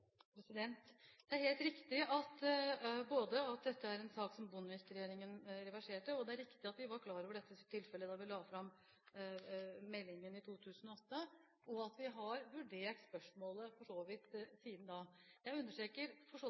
Det er helt riktig at dette er en sak som Bondevik-regjeringen reverserte, og det er riktig at vi var klar over dette tilfellet da vi la fram meldingen i 2008, og at vi for så vidt har vurdert spørsmålet siden da. Jeg understreker